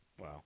Wow